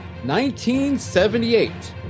1978